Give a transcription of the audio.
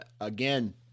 again